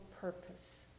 purpose